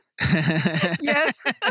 Yes